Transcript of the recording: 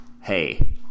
hey